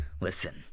listen